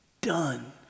done